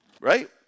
Right